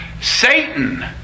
Satan